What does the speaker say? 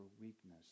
weakness